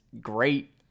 great